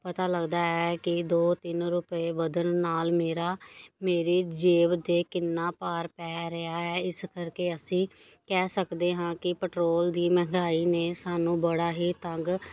ਪਤਾ ਲੱਗਦਾ ਹੈ ਕਿ ਦੋ ਤਿੰਨ ਰੁਪਏ ਵਧਣ ਨਾਲ ਮੇਰਾ ਮੇਰੇ ਜੇਬ ਦੇ ਕਿੰਨਾ ਭਾਰ ਪੈ ਰਿਹਾ ਹੈ ਇਸ ਕਰਕੇ ਅਸੀਂ ਕਹਿ ਸਕਦੇ ਹਾਂ ਕਿ ਪੈਟਰੋਲ ਦੀ ਮਹਿੰਗਾਈ ਨੇ ਸਾਨੂੰ ਬੜਾ ਹੀ ਤੰਗ